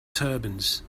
turbans